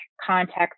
context